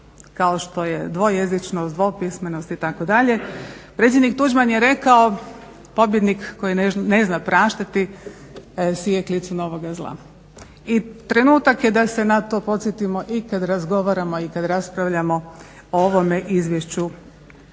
kao što je dvojezičnost, dvopismenost, itd. Predsjednik Tuđman je rekao "pobjednik koji ne zna praštati, sije klicu novoga zla" i trenutak je da se na to podsjetimo i kad razgovaramo i kada raspravljamo o ovome izvješću